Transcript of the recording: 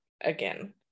again